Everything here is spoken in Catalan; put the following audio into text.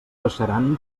baixaran